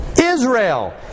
Israel